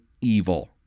evil